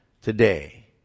today